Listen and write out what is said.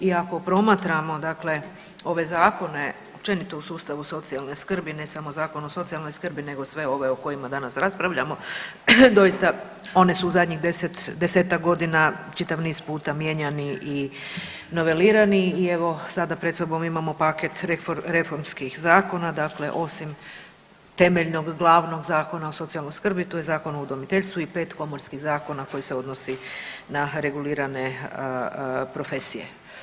I ako promatramo dakle ove zakone općenito u sustavu socijalne skrbi ne samo Zakon o socijalnoj skrbi nego sve ove o kojima danas raspravljamo doista oni su u zadnjih 10, 10-tak godina čitav niz puta mijenjani i novelirani i evo sada pred sobom imamo paket reformskih zakona, dakle osim temeljnog glavnog Zakona o socijalnoj skrbi tu je Zakon o udomiteljstvu i 5 komorskih zakona koji se odnose na regulirane profesije.